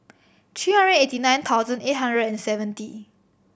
three hundred eighty nine thousand eight hundred and seventy